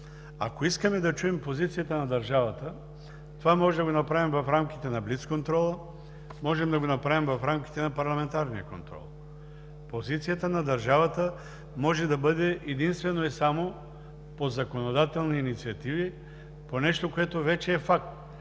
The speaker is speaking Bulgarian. ако искаме да чуем позицията на държавата, това можем да го направим в рамките на блицконтрол, можем да го направим в рамките на парламентарен контрол. Позицията на държавата може да бъде единствено и само по законодателни инициативи, по нещо, което вече е факт,